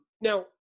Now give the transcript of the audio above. now